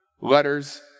letters